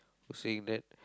who is saying that